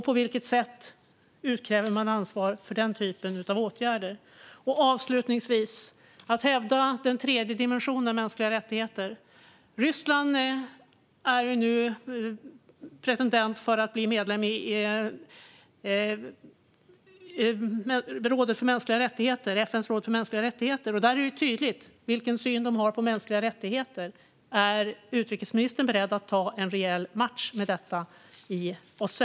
På vilket sätt utkräver man ansvar för den typen av åtgärder? Avslutningsvis, apropå vad man hävdar om en tredje dimension av mänskliga rättigheter: Ryssland är nu pretendent på att bli medlem i FN:s råd för mänskliga rättigheter. Där är det tydligt vilken syn Ryssland har på mänskliga rättigheter. Är utrikesministern beredd att ta en rejäl match om detta i OSSE?